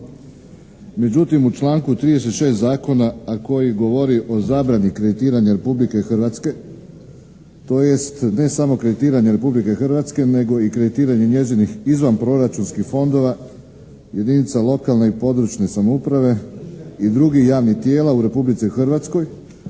Međutim, u članku 36. zakona a koji govori o zabrani kreditiranja Republike Hrvatske tj. ne samo kreditiranja Republike Hrvatske nego i kreditiranje njezinih izvan proračunskih fondova jedinica lokalne i područne samouprave i drugih javnih tijela u Republici Hrvatskoj